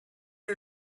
you